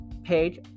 page